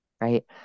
right